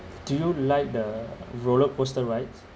do you like the roller coaster rides